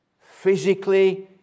physically